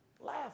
Laugh